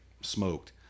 smoked